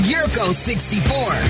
Yurko64